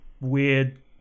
weird